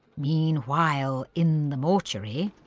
meanwhile, in the mortuary,